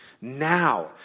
Now